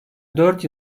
dört